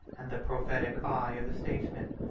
and the prophetic eye of a statesman.